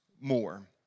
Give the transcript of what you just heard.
more